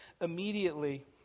immediately